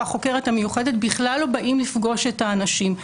החוקרת המיוחדת בכלל לא באים לפגוש את האנשים.